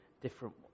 different